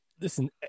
listen